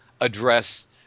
address